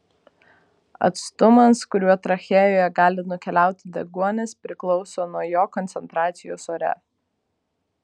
atstumas kuriuo trachėjoje gali nukeliauti deguonis priklauso nuo jo koncentracijos ore